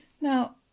now